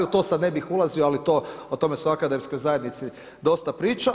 U to sad ne bih ulazio, ali o tome se u akademskoj zajednici dosta priča.